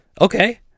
Okay